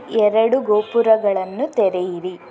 ಎರಡು ಗೋಪುರಗಳನ್ನು ತೆರೆಯಿರಿ